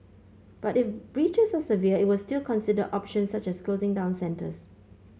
but if breaches are severe it will still consider options such as closing down centres